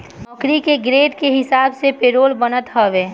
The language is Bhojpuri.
नौकरी के ग्रेड के हिसाब से पेरोल बनत हवे